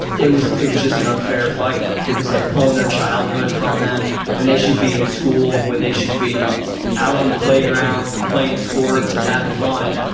it was it was just an unfair fight. it was like pulling their childhood from them when they should be in school, when they should be out on the playgrounds and playing sports and having fun.